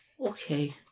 Okay